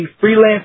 freelance